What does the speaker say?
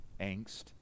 angst